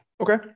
Okay